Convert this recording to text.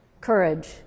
courage